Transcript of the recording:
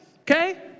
Okay